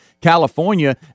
California